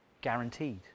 guaranteed